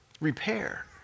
Repair